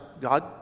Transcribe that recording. God